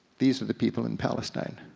these are the people in palestine.